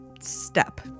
step